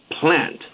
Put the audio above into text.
plant